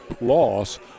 loss